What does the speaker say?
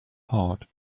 heart